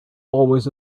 always